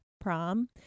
prom